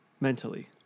mentally